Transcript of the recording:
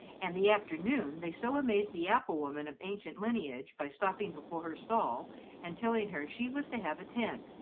and the afternoon they so amazed the apple-woman of ancient lineage by stopping before her stall and telling her she was to have a tent,